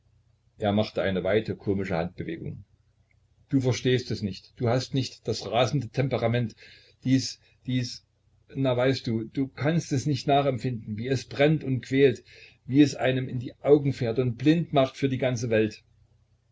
er machte eine weite komische handbewegung du verstehst es nicht du hast nicht das rasende temperament dies dies na weißt du du kannst es nicht nachempfinden wie es brennt und quält wie es einem in die augen fährt und blind macht für die ganze welt